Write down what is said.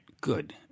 Good